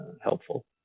helpful